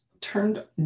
turned